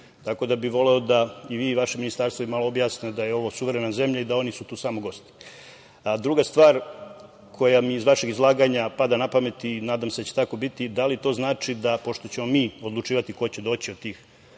da bih voleo da i vi i vaše ministarstvo im malo objasne da je ovo suverena zemlja i da su oni tu samo gosti. Druga stvar, koja mi iz vašeg izlaganja pada na pamet i nadam se da će tako biti, da li to znači, pošto ćemo mi odlučivati ko će doći od tih